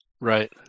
Right